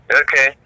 Okay